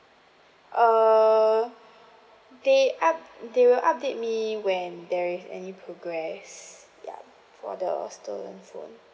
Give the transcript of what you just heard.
err they up~ they will update me when there is any progress ya for the stolen phone